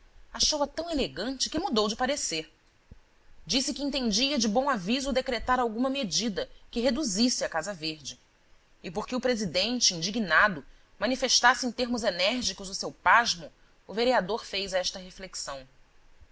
achou-a tão elegante que mudou de parecer disse que entendia de bom aviso decretar alguma medida que reduzisse a casa verde e porque o presidente indignado manifestasse em termos enérgicos o seu pasmo o vereador fez esta reflexão